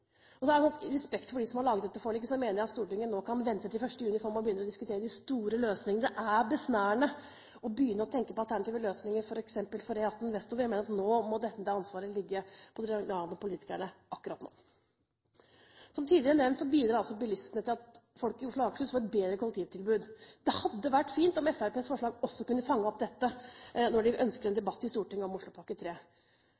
respekt for dem som har inngått dette forliket, mener jeg at Stortinget nå kan vente til 1. juni før man begynner å diskutere de store løsningene. Det er besnærende å begynne å tenke på alternative løsninger, f.eks. for E18 vestover. Jeg mener at akkurat nå må dette ansvaret ligge på de regionale politikerne. Som tidligere nevnt, bidrar bilistene til at folk i Oslo og Akershus får et bedre kollektivtilbud. Det hadde vært fint om Fremskrittspartiets forslag også kunne fange opp dette, når de ønsker en